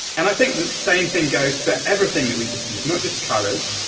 and i think that same thing goes for everything that we perceive, not just colors,